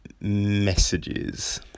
messages